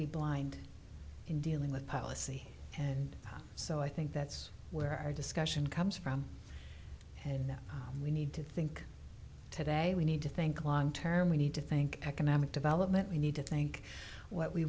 be blind in dealing with policy and so i think that's where our discussion comes from and that we need to think today we need to think long term we need to think economic development we need to think what we